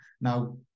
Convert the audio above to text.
Now